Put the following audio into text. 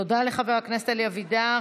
תודה לחבר הכנסת אלי אבידר.